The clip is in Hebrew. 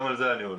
גם על זה אני הולך.